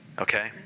Okay